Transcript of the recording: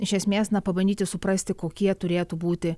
iš esmės na pabandyti suprasti kokie turėtų būti